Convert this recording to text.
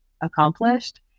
accomplished